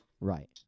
Right